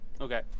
Okay